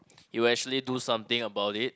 he will actually do something about it